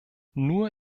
nur